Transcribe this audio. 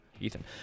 Ethan